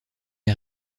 est